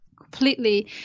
Completely